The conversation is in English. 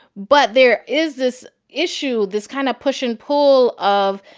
but there is this issue, this kind of push and pull of,